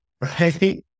right